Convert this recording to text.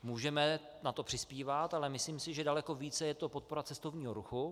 Můžeme na to přispívat, ale myslím si, že daleko víc je to podpora cestovního ruchu.